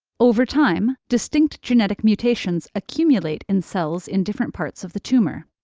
over time, distinct genetic mutations accumulate in cells in different parts of the tumor,